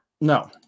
No